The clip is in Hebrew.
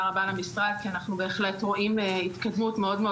רבה למשרד כי אנחנו בהחלט רואים התקדמות מאוד מאוד